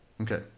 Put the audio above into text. Okay